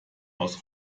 aus